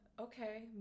okay